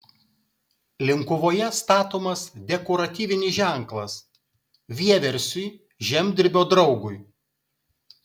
linkuvoje statomas dekoratyvinis ženklas vieversiui žemdirbio draugui